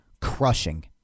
crushing